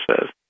says